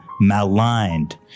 maligned